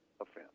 offense